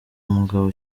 mugabo